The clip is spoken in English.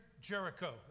Jericho